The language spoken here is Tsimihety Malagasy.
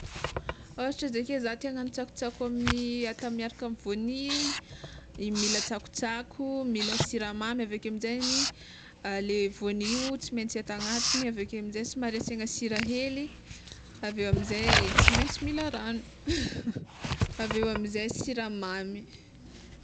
Ohatra izy ake zah te hagnagno tsakotsako amin'ny arak- miaraka amy voanio, i mila tsakotsako, mila siramamy aveke aminjegny ah le voanio io tsy maintsy atao agnatigny aveke amizay tsy maintsy asiagna sira hely aveo amizay tsy maintsy mila ragno, aveo amizay siramamy.